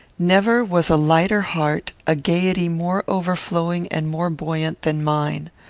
never was a lighter heart, a gayety more overflowing and more buoyant, than mine.